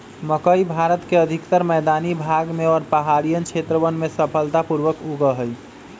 मकई भारत के अधिकतर मैदानी भाग में और पहाड़ियन क्षेत्रवन में सफलता पूर्वक उगा हई